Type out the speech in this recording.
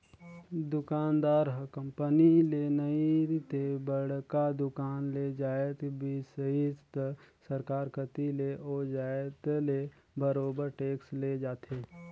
दुकानदार ह कंपनी ले नइ ते बड़का दुकान ले जाएत बिसइस त सरकार कती ले ओ जाएत ले बरोबेर टेक्स ले जाथे